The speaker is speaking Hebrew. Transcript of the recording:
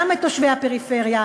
גם את תושבי הפריפריה,